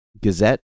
Gazette